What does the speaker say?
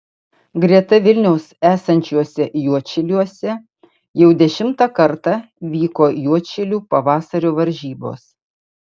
greta vilniaus esančiuose juodšiliuose jau dešimtą kartą vyko juodšilių pavasario varžybos